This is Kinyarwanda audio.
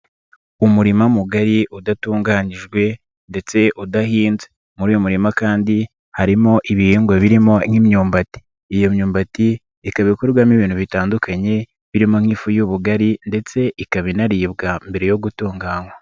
Umurima mugari udatunganijwe ndetse udahinze, muri uyu murima kandi harimo ibihingwa birimo nk'imyumbati, iyo myumbati ikaba ikorwamo ibintu bitandukanye birimo nk'ifu y'ubugari ndetse ikaba inaribwa mbere yo gutunganywa.